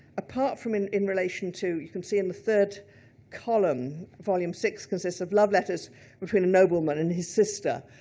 apart from, and in relation to, you can see in the third column, volume six consists of love letters between a nobleman and his sister.